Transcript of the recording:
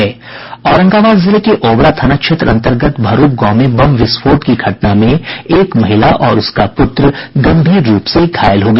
औरंगाबाद जिले के ओबरा थाना क्षेत्र अंतर्गत भरूब गांव में बम विस्फोट की घटना में एक महिला और उसका पुत्र गंभीर रूप से घायल हो गया